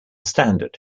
standard